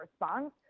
response